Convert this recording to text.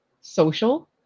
social